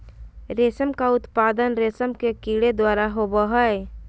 रेशम का उत्पादन रेशम के कीड़े द्वारा होबो हइ